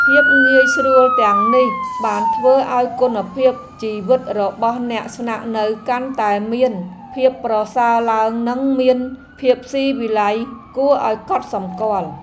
ភាពងាយស្រួលទាំងនេះបានធ្វើឱ្យគុណភាពជីវិតរបស់អ្នកស្នាក់នៅកាន់តែមានភាពប្រសើរឡើងនិងមានភាពស៊ីវិល័យគួរឱ្យកត់សម្គាល់។